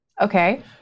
Okay